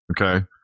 okay